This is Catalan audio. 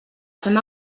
fem